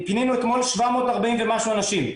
פינינו אתמול 740 ומשהו אנשים.